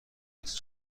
است